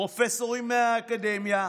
פרופסורים מהאקדמיה,